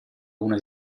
una